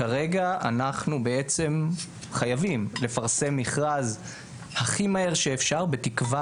כרגע אנחנו חייבים לפרסם מכרז הכי מהר שאפשר - בתקווה